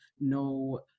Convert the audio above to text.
no